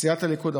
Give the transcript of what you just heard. סיעת הליכוד,